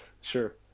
sure